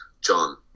John